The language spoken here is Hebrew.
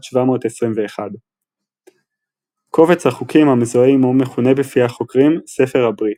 721. קובץ החוקים המזוהה עמו מכונה בפי החוקרים "ספר הברית".